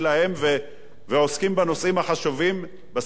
ועוסקים בנושאים החשובים בסדר-היום הציבורי?